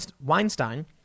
Weinstein